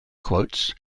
quotes